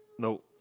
No